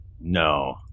No